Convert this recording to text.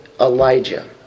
Elijah